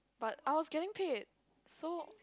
but I was getting paid so